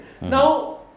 Now